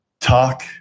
talk